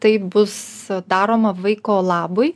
tai bus daroma vaiko labui